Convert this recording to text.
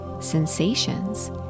sensations